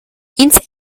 ins